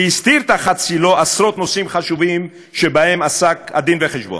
שהסתיר תחת צלו עשרות נושאים חשובים שבהם עסק הדין-וחשבון.